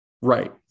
Right